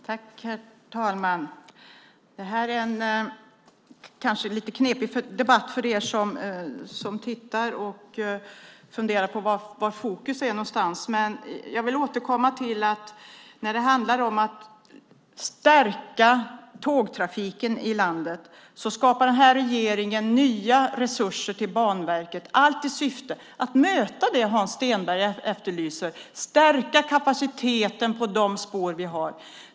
Herr talman! Det här är kanske en lite knepig debatt för er som tittar och funderar på var fokus är någonstans. Jag vill återkomma till att när det handlar om att stärka tågtrafiken i landet skapar den här regeringen nya resurser till Banverket, allt i syfte att möta det Hans Stenberg efterlyser: att stärka kapaciteten på de spår vi har.